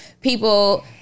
People